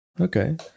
Okay